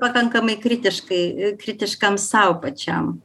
pakankamai kritiškai kritiškam sau pačiam